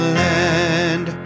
land